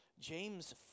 James